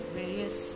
various